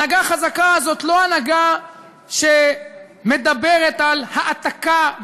הנהגה חזקה זאת לא הנהגה שמדברת על העתקה בעמונה.